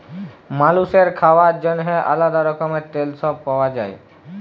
মালুসের খাওয়ার জন্যেহে আলাদা রকমের তেল সব পাওয়া যায়